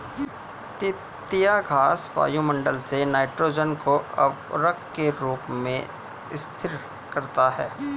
तिपतिया घास वायुमंडल से नाइट्रोजन को उर्वरक के रूप में स्थिर करता है